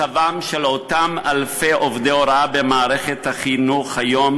מצבם של אותם אלפי עובדי הוראה במערכת החינוך היום